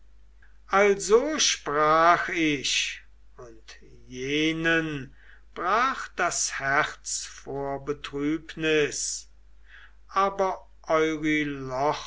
also sprach ich und jenen brach das herz vor betrübnis aber